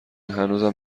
هنوزم